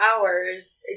hours